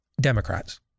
Democrats